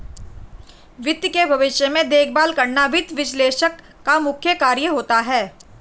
वित्त के भविष्य में देखभाल करना वित्त विश्लेषक का मुख्य कार्य होता है